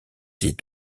des